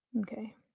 Okay